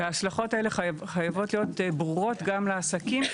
ההשלכות האלה חייבות להיות ברורות גם לעסקים,